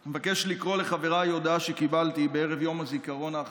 אני מבקש לקרוא לחבריי הודעה שקיבלתי בערב יום הזיכרון האחרון,